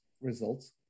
results